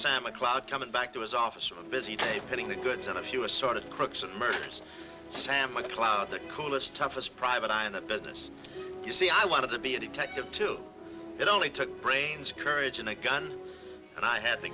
a cloud coming back to his office of a busy day getting the goods on a few assorted crooks and murderers sam macleod the coolest toughest private eye in the business you see i wanted to be a detective too it only took brains courage and a gun and i had